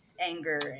anger